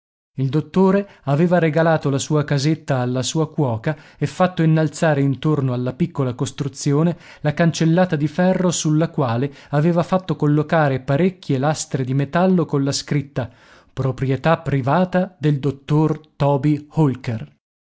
il dottore aveva regalato la sua casetta alla sua cuoca e fatto innalzare intorno alla piccola costruzione la cancellata di ferro sulla quale aveva fatto collocare parecchie lastre di metallo colla scritta proprietà privata del dottor toby holker